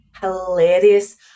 hilarious